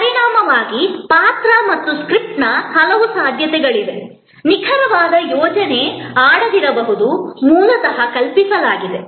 ಪರಿಣಾಮವಾಗಿ ಪಾತ್ರ ಮತ್ತು ಸ್ಕ್ರಿಪ್ಟ್ನ ಹಲವು ಸಾಧ್ಯತೆಗಳಿವೆ ನಿಖರವಾದ ಯೋಜನೆ ಆಡದಿರಬಹುದು ಮೂಲತಃ ಕಲ್ಪಿಸಲಾಗಿದೆ